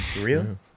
Real